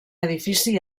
edifici